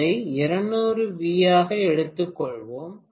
இதை 200 வி ஆக எடுத்துக்கொள்வேன்